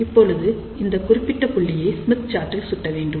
இப்போது இந்த குறிப்பிட்ட புள்ளியை ஸ்மித் சார்ட்டில் சுட்ட வேண்டும்